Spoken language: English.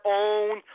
own